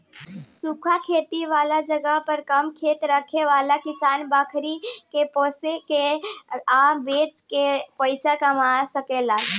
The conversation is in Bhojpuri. सूखा खेती वाला जगह पर कम खेत रखे वाला किसान बकरी के पोसे के आ बेच के पइसा कमालन सन